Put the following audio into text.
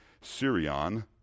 Syrian